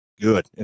good